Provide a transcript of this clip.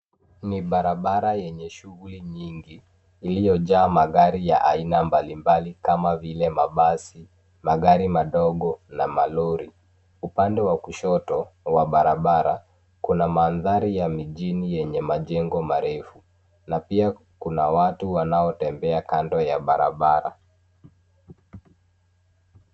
Ni barabara yenye shughuli nyingi, iliyojaa magari ya aina mbalimbali kama vile mabasi, magari madogo na malori. Upande wa kushoto wa barabara kuna mandhari ya mijini yenye majengo marefu na pia kuna watu wanaotembea kando ya barabara.